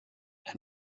and